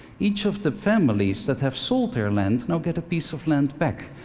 each of the families that have sold their land now get a piece of land back.